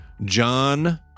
John